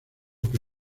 que